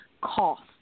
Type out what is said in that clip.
cost